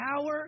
power